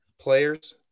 players